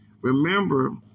Remember